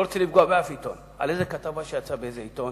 אני לא רוצה לפגוע בשום עיתון על איזו כתבה שיצאה באיזה עיתון,